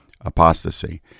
apostasy